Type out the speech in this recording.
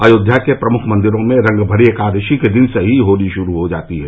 अयोध्या के प्रमुख मंदिरो में रंगभरी एकादशी के दिन से ही होली शुरू हो जाती है